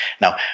now